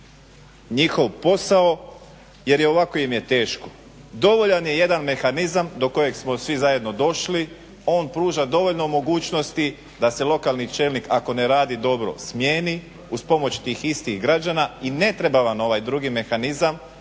njihov posao, jer i ovako im je teško, dovoljan je jedan mehanizam do kojeg smo svi zajedno došli, on pruža dovoljno mogućnosti da se lokalni čelnik, ako ne radi dobro smijeni, uz pomoć tih istih građana i ne treba vam ovaj drugi mehanizam,